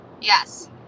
Yes